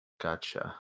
Gotcha